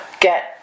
get